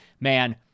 Man